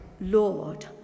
Lord